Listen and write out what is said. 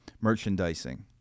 merchandising